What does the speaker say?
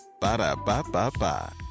Ba-da-ba-ba-ba